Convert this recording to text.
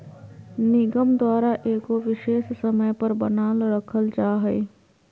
निगम द्वारा एगो विशेष समय पर बनाल रखल जा हइ